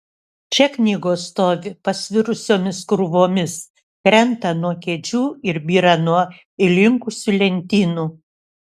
čia knygos stovi pasvirusiomis krūvomis krenta nuo kėdžių ir byra nuo įlinkusių lentynų